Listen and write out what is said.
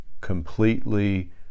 completely